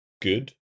good